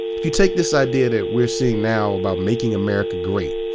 if you take this idea that we're seeing now about making america great,